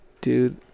dude